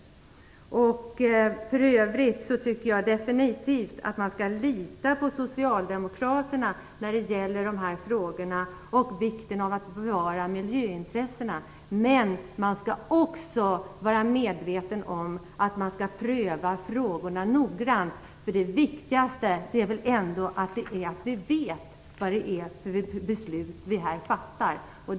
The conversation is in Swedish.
För övrigt tycker jag absolut att man skall lita på Socialdemokraterna när det gäller dessa frågor och vikten av att bevara miljöintressena. Man skall dock också vara medveten om att man skall pröva frågorna noggrant. Det viktigaste är väl ändå att vi vet vilka beslut vi fattar.